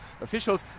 officials